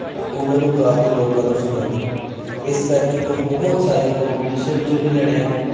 ਅਤੇ ਉਹਨਾਂ ਨੂੰ ਗਾ ਕੇ ਲੋਕਾਂ ਨੂੰ ਸੁਣਾਵਾਂ ਇਸ ਕਰਕੇ ਮੈਂ ਬਹੁਤ ਸਾਰੇ ਕੰਪੀਟੀਸ਼ਨ 'ਚ ਵੀ ਲੜਿਆ ਹਾਂ